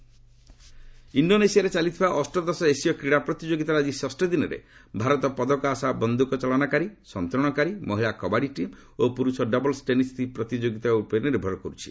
ରିଭ୍ Asian games ଇଣ୍ଡୋନେସିଆରେ ଚାଲିଥିବା ଅଷ୍ଟଦଶ ଏସୀୟ କ୍ରୀଡ଼ା ପ୍ରତିଯୋଗିତାର ଆଜି ଷଷ୍ଠ ଦିନରେ ଭାରତର ପଦକ ଆଶା ବନ୍ଧୁକଚାଳନାକାରୀ ସନ୍ତରଣକାରୀ ମହିଳା କବାଡ଼ି ଟିମ୍ ଓ ପୁରୁଷ ଡବଲ୍ୱ ଟେନିସ୍ ପ୍ରତିଯୋଗିତାଗୁଡ଼ିକ ଉପରେ ନିର୍ଭର କରୁଛି